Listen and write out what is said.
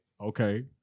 Okay